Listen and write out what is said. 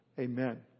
Amen